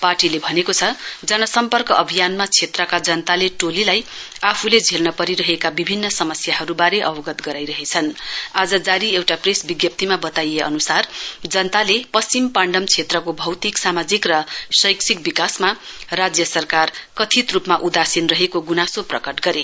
पार्टीले भनेको जनसम्पर्क अभियानमा क्षेत्रका जनताले टोलीलाई आफुले झेल्नपरिरहेका विभिन्न समस्याहरूबारे अवगत गराइरहेछन आज जारी एउटा प्रेस जनाउमा बताइए अनुसार जनताले पश्चिम पाण्डम क्षेत्रको भौतिक सामाजिक र शैक्षिक विकासमा राज्य सरकार कथित रूपले उदासीन रहेको ग्नासो प्रकट गरे